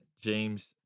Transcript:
James